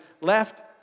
left